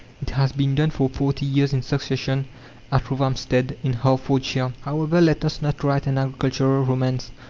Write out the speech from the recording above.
it has been done for forty years in succession at rothamstead, in hertfordshire. however, let us not write an agricultural romance,